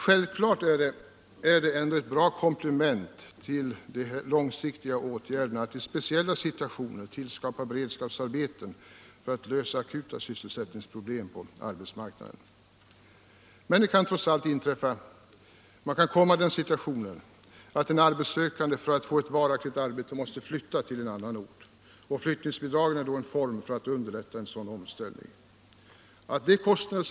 Självklart är det ett bra komplement till de långsiktiga åtgärderna att i speciella situationer starta beredskapsarbeten för att lösa akuta sysselsättningsproblem på arbetsmarknaden. Men man kan komma i den situationen att en arbetssökande för att få varaktigt arbete måste flytta till annan ort. Flyttningsbidragen är då en form för att underlätta en sådan omställning. Att de kostnader .